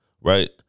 Right